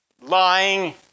lying